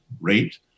rate